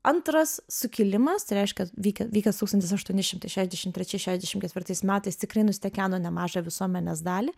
antras sukilimas tai reiškia vykę vykęs tūkstantis aštuoni šimtai šešiasdešimt trečiais šešiasdešimt ketvirtais metais tikrai nustekeno nemažą visuomenės dalį